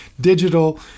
digital